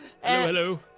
Hello